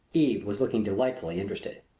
eve was looking delightfully interested.